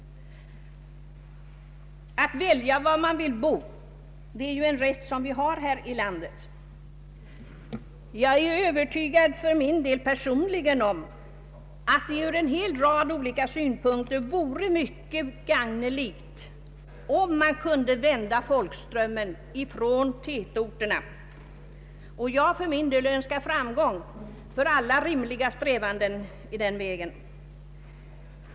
Att välja var man vill bo är ju en rätt som vi har här i landet. Jag är personligen övertygad om att det ur en hel rad olika synpunkter vore mycket gagneligt om folkströmmen kunde vändas från tätorterna, och jag önskar framgång för alla rimliga strävanden i den vägen.